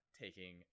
taking